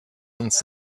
uns